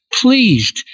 pleased